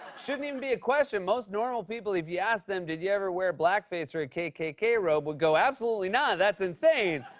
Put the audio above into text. shouldn't even be a question. most normal people, if you asked them, did you ever wear blackface or a kkk robe, would go absolutely not! that's insane!